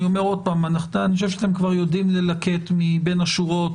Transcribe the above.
אני חושב שאתם יודעים ללקט מבין השורות